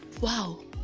wow